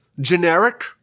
generic